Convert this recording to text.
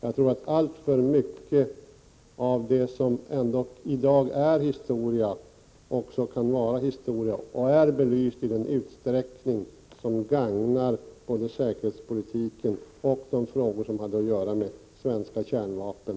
Jag tror att mycket av det som i dag är historia också kan förbli histora och att det är belyst i den utsträckning som gagnar både säkerhetspolitiken och de frågor som gäller svenska kärnvapen.